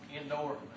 indoor